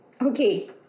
Okay